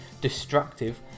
destructive